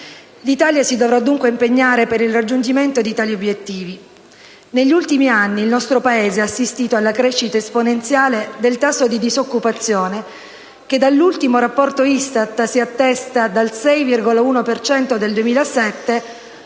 L'Italia si dovrà dunque impegnare per il raggiungimento di tali obiettivi. Negli ultimi anni, il nostro Paese ha assistito alla crescita esponenziale del tasso di disoccupazione che, secondo l'ultimo rapporto ISTAT, è passato dal 6,1 per cento